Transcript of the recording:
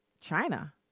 China